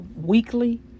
weekly